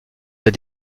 ses